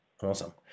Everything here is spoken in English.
Awesome